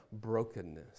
brokenness